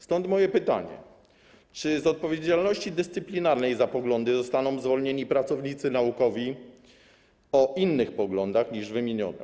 Stąd moje pytanie: Czy z odpowiedzialności dyscyplinarnej za poglądy zostaną zwolnieni pracownicy naukowi o innych poglądach niż wymienione?